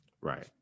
Right